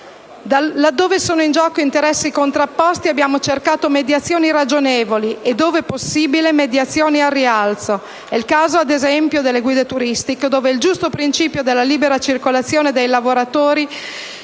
Laddove sono in gioco interessi contrapposti, abbiamo cercato mediazioni ragionevoli e - dove possibili - al rialzo. È il caso, ad esempio, delle guide turistiche, dove il giusto principio della libera circolazione dei lavoratori